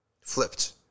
flipped